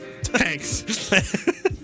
Thanks